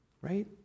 right